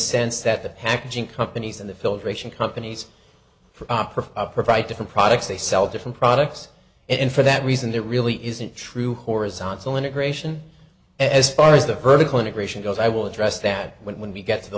sense that the packaging companies and the filtration companies for opera provide different products they sell different products and for that reason it really isn't true horizontal integration as far as the vertical integration goes i will address that when we get to the